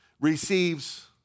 receives